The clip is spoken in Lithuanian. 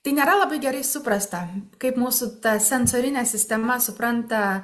tai nėra labai gerai suprasta kaip mūsų ta sensorinė sistema supranta